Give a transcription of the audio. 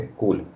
cool